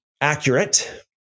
accurate